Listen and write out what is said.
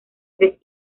tres